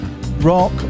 rock